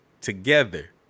together